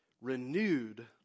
renewed